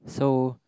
so